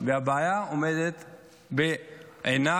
והבעיה עומדת בעינה.